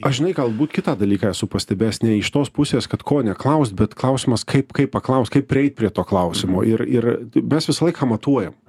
aš žinai galbūt kitą dalyką esu pastebėjęs ne iš tos pusės kad ko neklaust bet klausimas kaip kaip paklaust kaip prieit prie to klausimo ir ir mes visą laiką matuojam